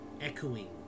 echoing